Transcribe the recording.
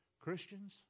Christians